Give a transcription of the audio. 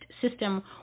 system